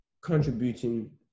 contributing